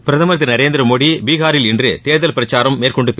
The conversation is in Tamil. பிரதமா் திரு நரேந்திரமோடி பீகாரில் இன்று தேர்தல் பிரச்சாரம் மேற்கொண்டு பேசினாா்